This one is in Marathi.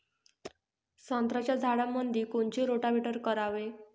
संत्र्याच्या झाडामंदी कोनचे रोटावेटर करावे?